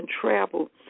travel